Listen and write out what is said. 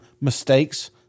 mistakes